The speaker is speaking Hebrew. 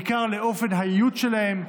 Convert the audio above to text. בעיקר לאופן האיות שלהם,